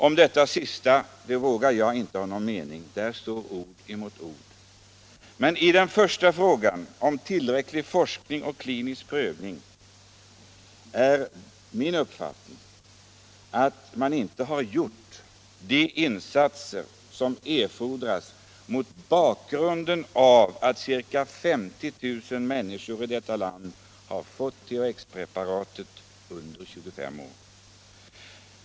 Om detta sista vågar jag inte ha någon mening; där står ord mot ord. Men i den första frågan, om tillräcklig forskning och klinisk prövning, är min uppfattning att man inte har gjort de insatser som erfordras mot bakgrunden av att ca 50 000 människor i detta land har fått THX-preparatet under 25 år.